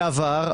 זה עבר.